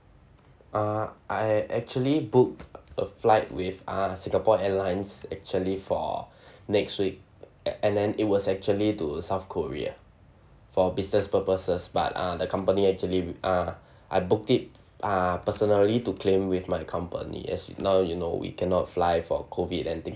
uh I actually booked a flight with uh singapore airlines actually for next week and then it was actually to south korea for business purposes but ah the company actually ah I booked it ah personally to claim with my company as now you know we cannot fly for COVID and